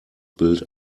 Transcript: bild